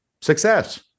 success